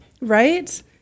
right